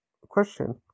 question